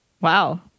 Wow